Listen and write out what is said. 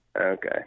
Okay